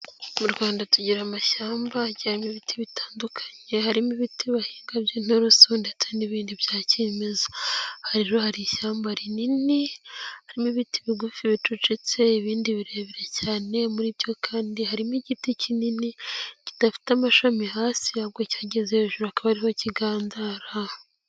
Mu Rwanda tugira amashyamba ajyiye arimo ibiti bitandukanye, harimo ibiti bahinga by'inturuso ndetse n'ibindi bya kimezaha. Aha rero hari ishyamba rinini harimo ibiti bigufi bicucitse, ibindi birebire cyane muri byo kandi harimo igiti kinini kidafite amashami hasi ahubwo cyageze hejuru akaba ariho kigandara.